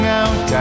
out